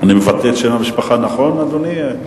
אני מבטא את שם המשפחה נכון, אדוני?